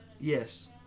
Yes